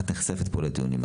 את נחשפת פה לדיונים,